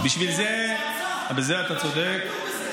בזה אתה צודק.